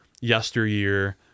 yesteryear